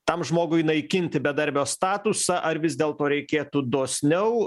tam žmogui naikinti bedarbio statusą ar vis dėlto reikėtų dosniau